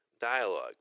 dialogue